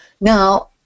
Now